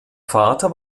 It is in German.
vater